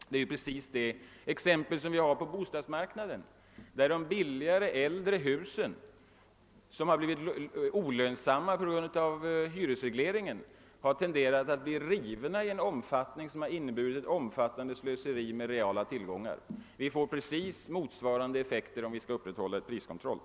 Det är precis det förhållandet vi nu har på bostadsmarknaden. Det är de billigare, äldre husen, som på grund av hyresregleringen har blivit olönsamma, som nu rivs i en omfattning som innebär slöseri med reala tillgångar. Vi får exakt samma effekter på andra håll, om vi upprätthåller en priskontroll.